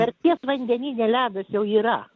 arkties vandenyne ledas jau yra